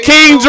King